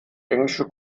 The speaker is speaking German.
englische